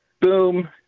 Boom